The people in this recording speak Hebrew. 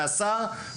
מהשר,